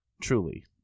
truly